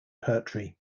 poetry